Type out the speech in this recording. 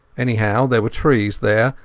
anyhow there were trees there,